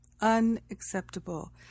Unacceptable